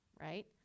right